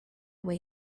way